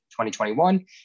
2021